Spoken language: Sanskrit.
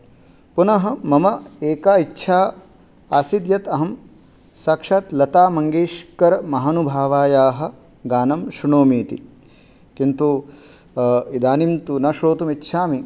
पुनः मम एका इच्छा आसीत् यत् अहं साक्षात् लता मङ्गेश्कर् महानुभवायाः गानं शृणोमीति किन्तु इदानीं तु न श्रोतुमिच्छामि